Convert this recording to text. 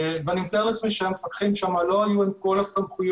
ואני מתאר לעצמי שהמפקחים שם לא היו עם כל הסמכויות,